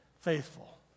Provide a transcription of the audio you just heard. faithful